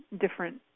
different